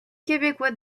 québécois